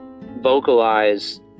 vocalize